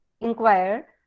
inquire